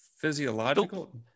physiological